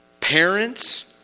Parents